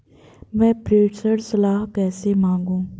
मैं प्रेषण सलाह कैसे मांगूं?